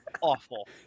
awful